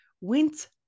went